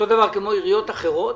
כמו עיריות אחרות,